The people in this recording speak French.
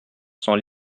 cents